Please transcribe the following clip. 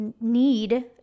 need